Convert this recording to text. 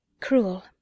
Cruel